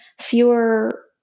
fewer